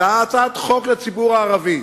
זו הצעת חוק לציבור הערבי.